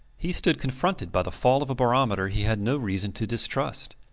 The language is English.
he stood confronted by the fall of a barometer he had no reason to distrust.